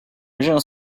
original